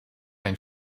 ein